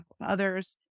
others